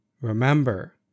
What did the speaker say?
Remember